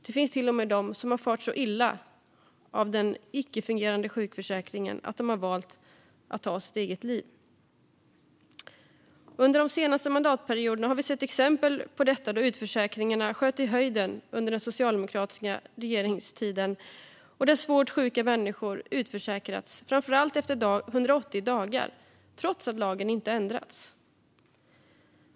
Det finns till och med de som farit så illa av den icke-fungerande sjukförsäkringen att de valt att ta sitt eget liv. Under de senaste mandatperioderna har vi sett exempel på detta då utförsäkringarna sköt i höjden under den socialdemokratiska regeringstiden när svårt sjuka människor utförsäkrades, framför allt efter 180 dagar, trots att lagen inte hade ändrats.